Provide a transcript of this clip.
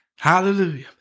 Hallelujah